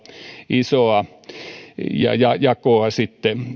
isoa jakoa sitten